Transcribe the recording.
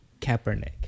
Kaepernick